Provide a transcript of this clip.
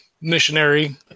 missionary